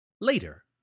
Later